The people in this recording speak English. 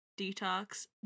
detox